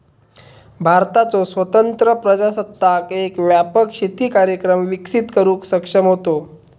भारताचो स्वतंत्र प्रजासत्ताक एक व्यापक शेती कार्यक्रम विकसित करुक सक्षम होतो